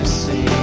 see